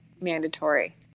mandatory